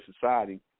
society